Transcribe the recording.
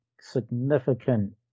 significant